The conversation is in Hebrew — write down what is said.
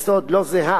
חופש העיסוק.